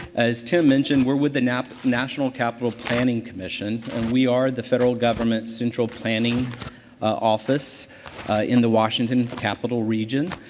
as tim mentioned, we're with a national national capital planning commission and we are the federal government's central planning office in the washington capital region.